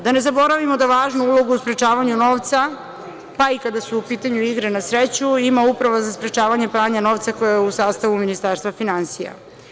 Da ne zaboravimo da važnu ulogu u sprečavanju novca, pa i kada su u pitanju igre na sreću, ima Uprava za sprečavanje pranja novca koja je u sastavu Ministarstva finansija.